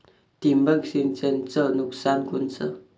ठिबक सिंचनचं नुकसान कोनचं?